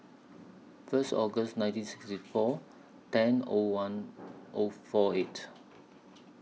First August nineteen sixty four ten O one O four eight